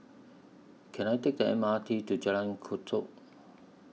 Can I Take The M R T to Jalan Kechot